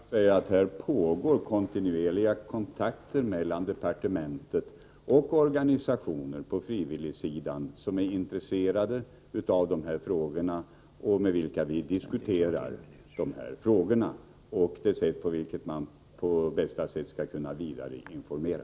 Herr talman! Här kan jag säga att det är kontinuerliga kontakter mellan departementet och organisationer på frivilligsidan som är intresserade av dessa frågor. Vi diskuterar med dem hur man på bästa sätt skall kunna vidareinformera.